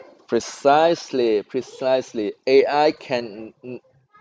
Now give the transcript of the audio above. precisely precisely A_I can no